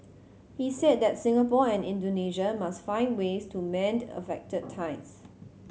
he said that Singapore and Indonesia must find ways to mend affected ties